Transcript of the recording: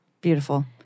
Beautiful